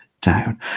down